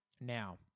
Now